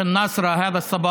(אומר בערבית: בנצרת הבוקר.)